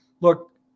look